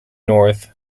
north